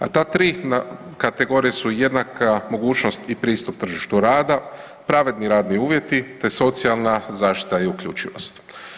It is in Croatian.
A te 3 kategorije su jednaka mogućnost i pristup tržištu rada, pravedni radni uvjeti te socijalna zaštita i uključivost.